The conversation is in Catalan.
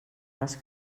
les